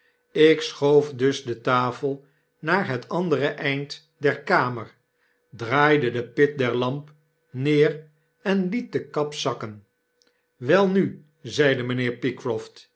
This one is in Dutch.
ik schoof dus de tafel naar het andere eind der kamer draaide de pit der lamp neer en liet de kap zakken welnu zeide mynheer